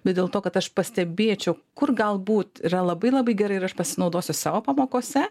bet dėl to kad aš pastebėčiau kur galbūt yra labai labai gera ir aš pasinaudosiu savo pamokose